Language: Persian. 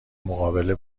مقابله